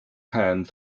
hand